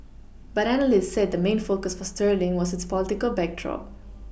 but analysts said the main focus for sterling was its political backdrop